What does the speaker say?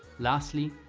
lastly,